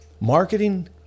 Marketing